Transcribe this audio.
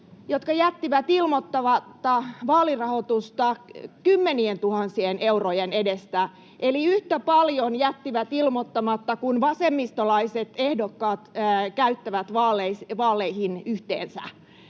jotka jättivät ilmoittamatta vaalirahoitusta kymmenientuhansien eurojen edestä eli yhtä paljon jättivät ilmoittamatta kuin vasemmistolaiset ehdokkaat käyttävät vaaleihin yhteensä.